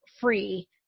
free